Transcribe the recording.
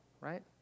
right